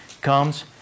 comes